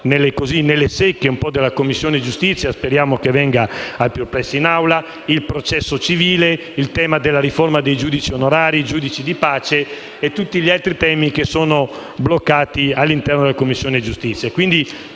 nelle secche della Commissione giustizia e speriamo che venga al più presto in Aula), al processo civile, alla riforma dei giudici onorari e dei giudici di pace e a tutti gli altri temi che sono bloccati all'interno della Commissione giustizia.